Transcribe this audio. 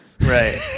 right